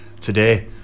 today